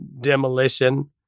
demolition